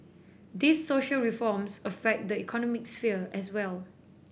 these social reforms affect the economic sphere as well